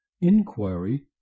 Inquiry